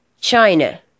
China